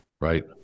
Right